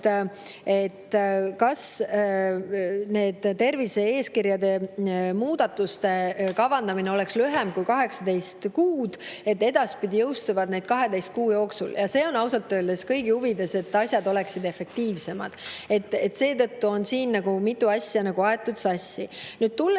kohta, et tervise-eeskirjade muudatuste kavandamine [hakkab] olema lühem kui 18 kuud, nii et edaspidi jõustuvad need 12 kuu jooksul. See on ausalt öeldes kõigi huvides, et asjad oleksid efektiivsemad. Seega on siin nagu mitu asja aetud sassi. Nüüd tulen